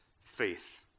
faith